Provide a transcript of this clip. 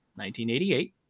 1988